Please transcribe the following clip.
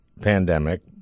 pandemic